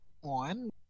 one